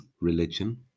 religion